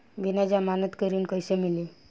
बिना जमानत के ऋण कैसे मिली?